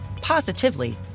positively